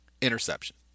interception